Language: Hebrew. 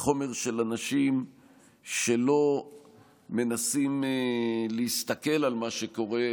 מחומר של אנשים שלא מנסים להסתכל על מה שקורה,